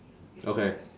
okay